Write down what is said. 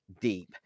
deep